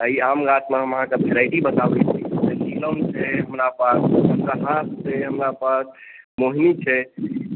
एहि आम गाछमे हम अहाँकेँ वैरायटी बताबैत छी नीलम छै हमरा पास चन्द्रहास छै हमरा पास मोहिनी छै